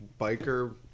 Biker